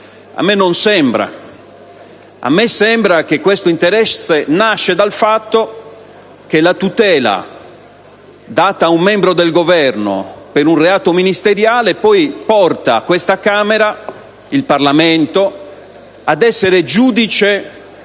A me non sembra. A me sembra che questo interesse nasca dal fatto che la tutela data ad un membro del Governo per un reato ministeriale poi porta questa Camera, il Parlamento, ad essere giudice